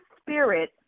spirit